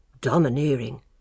domineering